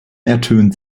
ertönt